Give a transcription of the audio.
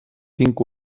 tinc